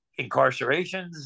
incarcerations